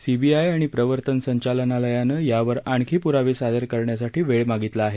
CBI आणि प्रवर्तन संचालनालयानं यावर आणखी प्रावे सादर करण्यासाठी वेळ मागितला आहे